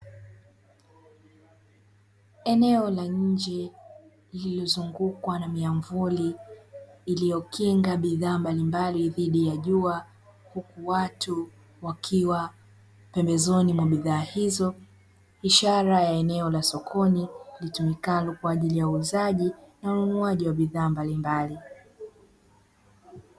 Eneo la nje lililozungukwa na miamvuli iliyo kinga bidhaa mbalimbali dhidi ya jua, huku watu wakiwa pembezoni mwa bidhaa hizo, ishara ya eneo la sokoni litumikalo kwa ajili ya uuzaji na ununuaji wa bidhaa mbalimbali.